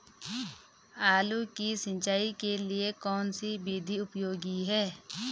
आलू की सिंचाई के लिए कौन सी विधि उपयोगी है?